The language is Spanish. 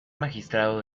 magistrado